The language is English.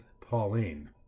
Pauline